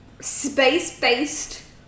space-based